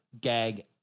gag